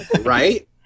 Right